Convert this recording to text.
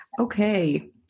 Okay